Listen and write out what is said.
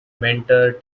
mentor